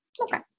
Okay